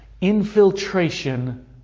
infiltration